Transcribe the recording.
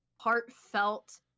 heartfelt